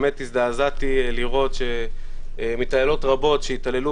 באמת הזדעזעתי לראות שמתעללות רבות שהתעללו